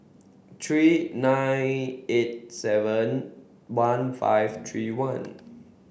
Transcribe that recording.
three nine eight seven one five three one